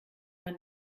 man